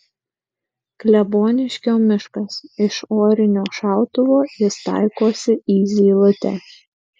kleboniškio miškas iš orinio šautuvo jis taikosi į zylutę